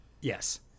Yes